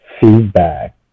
feedback